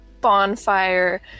bonfire